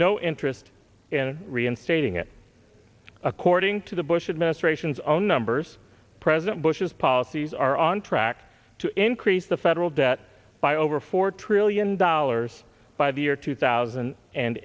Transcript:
no interest in reinstating it according to the bush administration's own numbers president bush's policies are on track to increase the federal debt by over four trillion dollars by the year two thousand and